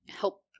help